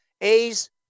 A's